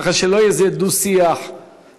ככה שלא יהיה איזה דו-שיח מיותר.